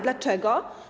Dlaczego?